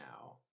now